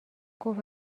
گفت